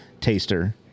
taster